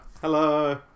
Hello